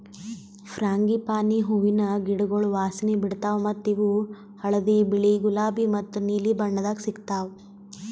frangipani ಹೂವಿನ ಗಿಡಗೊಳ್ ವಾಸನೆ ಬಿಡ್ತಾವ್ ಮತ್ತ ಇವು ಹಳದಿ, ಬಿಳಿ, ಗುಲಾಬಿ ಮತ್ತ ನೀಲಿ ಬಣ್ಣದಾಗ್ ಸಿಗತಾವ್